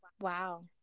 Wow